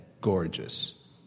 gorgeous